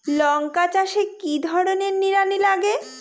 লঙ্কা চাষে কি ধরনের নিড়ানি লাগে?